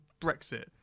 Brexit